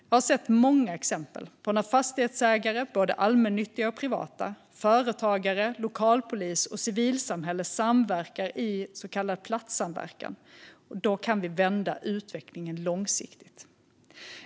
Jag har sett många exempel på när fastighetsägare, både allmännyttiga och privata, företagare, lokalpolis och civilsamhälle samverkar i så kallad platssamverkan. Då kan vi vända utvecklingen långsiktigt.